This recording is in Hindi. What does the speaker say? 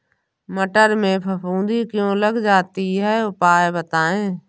मटर में फफूंदी क्यो लग जाती है उपाय बताएं?